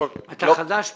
אתה חדש פה?